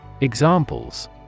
Examples